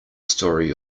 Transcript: story